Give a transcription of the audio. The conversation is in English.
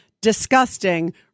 disgusting